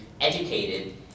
educated